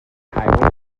highway